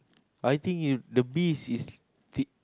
I think you the bees is t~